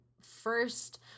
first